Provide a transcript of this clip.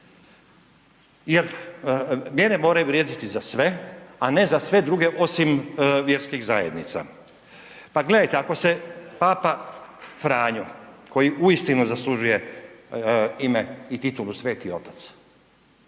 jer mjere moraju vrijediti za sve, a ne za sve druge osim vjerskih zajednica. Pa gledajte, ako se Papa Franjo koji uistinu zaslužuje ime i titulu Sveti otac,